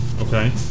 Okay